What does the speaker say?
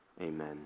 Amen